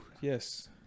yes